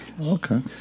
Okay